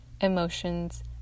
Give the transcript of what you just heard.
emotions